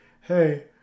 hey